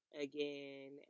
again